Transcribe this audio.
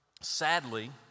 sadly